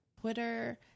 Twitter